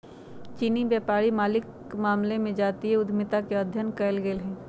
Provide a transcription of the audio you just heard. चीनी व्यापारी मालिके मामले में जातीय उद्यमिता के अध्ययन कएल गेल हइ